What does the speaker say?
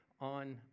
on